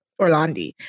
orlandi